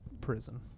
prison